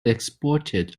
exported